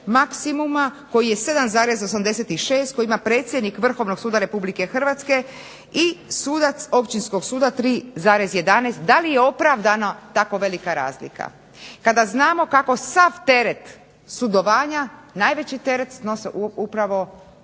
maksimuma koji je 7,86 koji ima predsjednik Vrhovnog suda Republike Hrvatske i sudac Općinskog suda 3,11. Da li je opravdana tako velika razlika kada znamo kako sav teret sudovanja najveći teret snose upravo